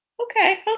okay